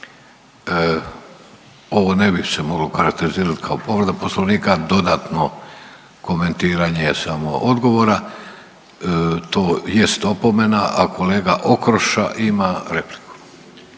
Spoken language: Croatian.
Ovo ne bi se moglo okarakterizirati kao povreda Poslovnika, dodatno komentiranje samo odgovora. To jest opomena, a kolega Okroša ima repliku.